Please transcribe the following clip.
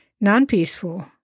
non-peaceful